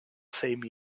same